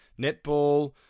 Netball